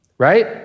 right